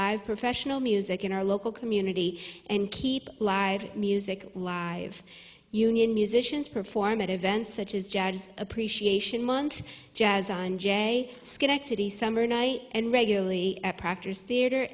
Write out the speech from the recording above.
live professional music in our local community and keep live music live union musicians perform at events such as jazz appreciation month jazz on jay schenectady summer night and regularly at proctor's theater